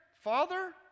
father